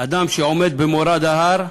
אדם שעומד במורד ההר,